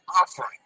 offering